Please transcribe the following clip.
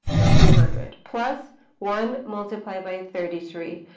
that's two hundred, plus one multiplied by thirty three,